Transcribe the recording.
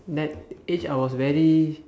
that age I was very